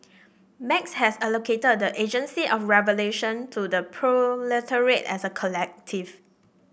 Marx had allocated the agency of revolution to the proletariat as a collective